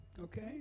okay